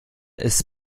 ist